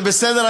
זה בסדר?